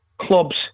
Clubs